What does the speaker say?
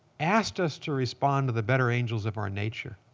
asked us to respond to the better angels of our nature.